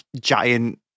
giant